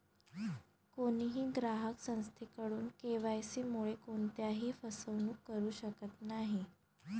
कोणीही ग्राहक संस्थेकडून के.वाय.सी मुळे कोणत्याही फसवणूक करू शकत नाही